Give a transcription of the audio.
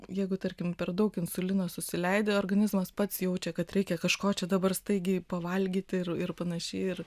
jeigu tarkim per daug insulino susileidi organizmas pats jaučia kad reikia kažko čia dabar staigiai pavalgyti ir ir panašiai ir